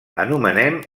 anomenem